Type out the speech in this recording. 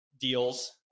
deals